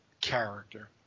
character